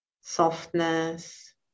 softness